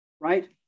right